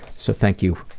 so thank you